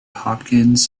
hopkins